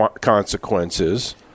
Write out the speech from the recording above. consequences